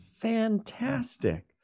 fantastic